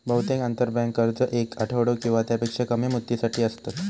बहुतेक आंतरबँक कर्ज येक आठवडो किंवा त्यापेक्षा कमी मुदतीसाठी असतत